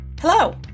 Hello